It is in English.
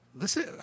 Listen